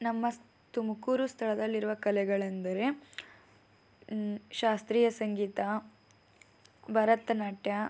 ನಮ್ಮ ತುಮಕೂರು ಸ್ಥಳದಲ್ಲಿರುವ ಕಲೆಗಳೆಂದರೆ ಶಾಸ್ತ್ರೀಯ ಸಂಗೀತ ಭರತನಾಟ್ಯ